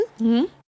-hmm